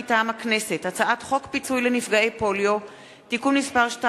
מטעם הכנסת: הצעת חוק פיצוי לנפגעי פוליו (תיקון מס' 2)